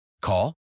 Call